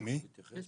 מי קבע